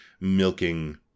milking